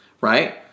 right